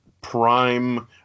prime